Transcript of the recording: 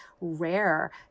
rare